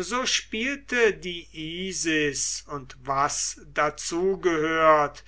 so spielte die isis und was dazu gehört